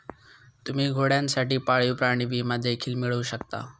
तुम्ही घोड्यांसाठी पाळीव प्राणी विमा देखील मिळवू शकता